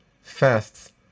fasts